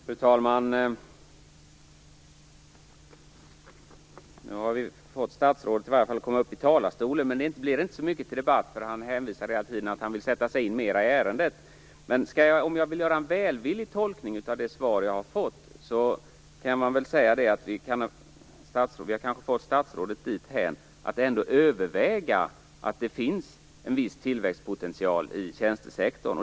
Fru talman! Nu har vi i varje fall fått statsrådet att komma upp i talarstolen, men det blir inte så mycket till debatt för han hänvisar hela tiden till att han vill sätta sig mer i ärendet. Om jag vill göra en välvillig tolkning av det svar jag har fått kan jag säga att vi kan få statsrådet dithän att ändå överväga om det finns en viss tillväxtpotential i tjänstesektorn.